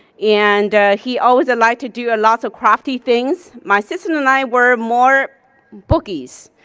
and he always liked to do ah lots of crafty things. my sister and and i were more bookies.